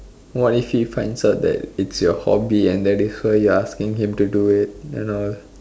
what if he finds out that it's your hobby and that is why you're asking him to do it and all